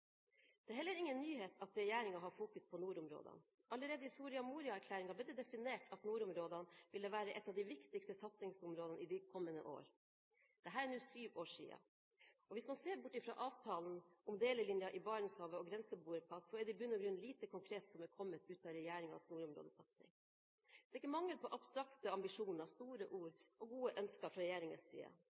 Det er heller ingen nyhet at regjeringen har fokus på nordområdene. Allerede i Soria Moria-erklæringen ble det definert at nordområdene ville være et av de viktigste satsingsområdene i de kommende år. Dette er nå sju år siden, og hvis man ser bort fra avtalen om delelinjen i Barentshavet og grenseboerpass, er det i bunn og grunn lite konkret som er kommet ut av regjeringens nordområdesatsing. Det er ikke mangel på abstrakte ambisjoner, store ord og gode ønsker fra regjeringens side.